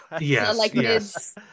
Yes